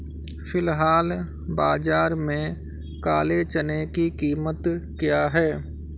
फ़िलहाल बाज़ार में काले चने की कीमत क्या है?